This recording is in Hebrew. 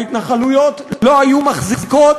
שההתנחלויות לא היו מחזיקות